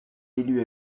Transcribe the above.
élus